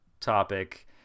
topic